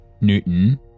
Newton